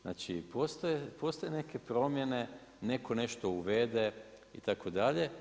Znači postoje neke promijene, netko nešto uvede, itd.